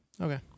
Okay